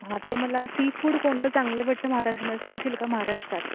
हां तर मला सी फूड कोणतं चांगलं भेटते महाराष्ट्रामध्ये सांगशील का महाराष्ट्रात